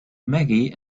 maggie